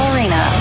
Arena